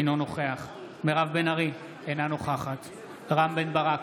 אינו נוכח מירב בן ארי, אינה נוכחת רם בן ברק,